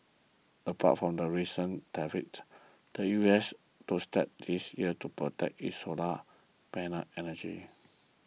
apart from the recent tariffs the U S took steps this year to protect its solar panel energy